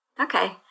Okay